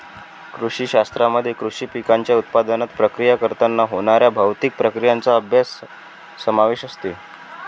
कृषी शास्त्रामध्ये कृषी पिकांच्या उत्पादनात, प्रक्रिया करताना होणाऱ्या भौतिक प्रक्रियांचा अभ्यास समावेश असते